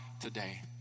today